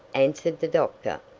answered the doctor.